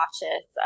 cautious